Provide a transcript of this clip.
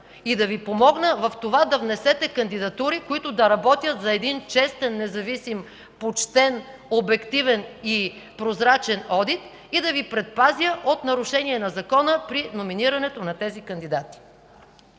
и да Ви помогна в това да внесете кандидатури, които да работят за един честен, независим, почтен, обективен и прозрачен опит и да Ви предпазя от нарушения на Закона при номинирането на тези кандидати.